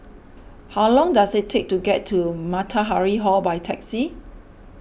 how long does it take to get to Matahari Hall by taxi